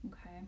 okay